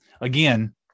again